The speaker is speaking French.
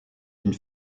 une